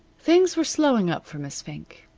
things were slowing up for miss fink.